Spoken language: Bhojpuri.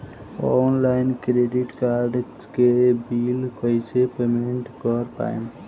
ऑनलाइन क्रेडिट कार्ड के बिल कइसे पेमेंट कर पाएम?